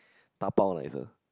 dabao nicer